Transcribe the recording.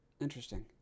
Interesting